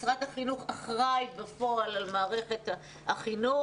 משרד החינוך אחראי בפועל על מערכת החינוך,